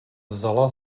vzala